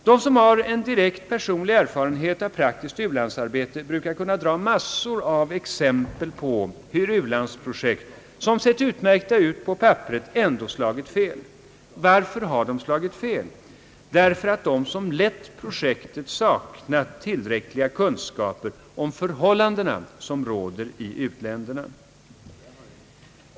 De som har en direkt personlig erfarenhet av praktiskt u-landsarbete brukar kunna dra massor av exempel på hur u-landsprojekt, som sett utmärkta ut på papperet, ändå slagit fel. Varför har de slagit fel? Därför att de som lett projektet saknat tillräckliga kunskaper om förhållandena i u-länderna.